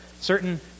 certain